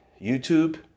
YouTube